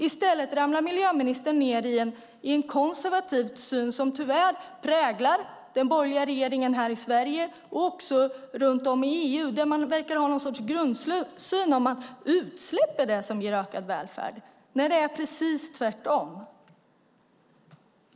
I stället ramlar miljöministern ned i en konservativ syn som tyvärr präglar den borgerliga regeringen här i Sverige och runt om i EU, där man verkar ha någon sorts grundsyn att utsläpp är det som ger ökad välfärd, när det är precis tvärtom.